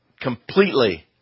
completely